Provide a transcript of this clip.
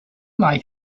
like